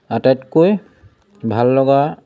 আটাইতকৈ ভাললগা